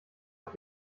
auf